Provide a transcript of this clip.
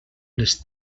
les